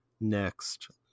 next